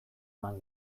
eman